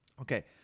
Okay